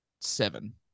seven